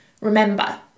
remember